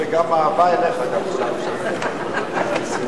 כהצעת הוועדה, נתקבל.